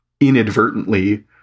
inadvertently